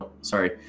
sorry